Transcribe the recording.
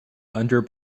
under